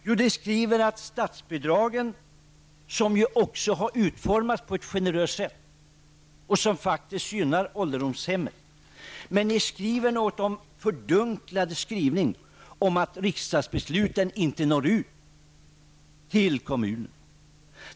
Jo, de skriver om statsbidragen -- som har utformats på ett generöst sätt som faktiskt gynnar ålderdomshemmen -- på ett fördunklat sätt och säger att riksdagsbesluten inte når ut till kommunerna.